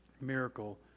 miracle